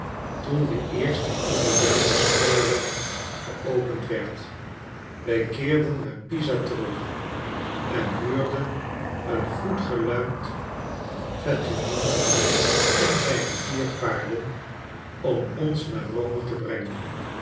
toen de eerste italiaansche spoorweg geopend werd wij keerden naar pisa terug en huurden een goed geluimd vetturino en zijne vier paarden om ons naar rome te brengen